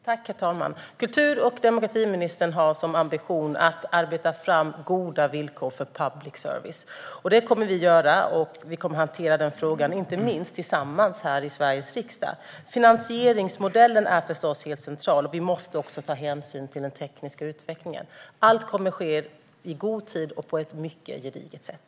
Herr talman! Kultur och demokratiministern har som ambition att arbeta fram goda villkor för public service, och det kommer vi att göra. Vi kommer att hantera den frågan inte minst tillsammans här i Sveriges riksdag. Finansieringsmodellen är förstås helt central. Vi måste också ta hänsyn till den tekniska utvecklingen. Allt kommer att ske i god tid och på ett mycket gediget sätt.